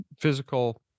physical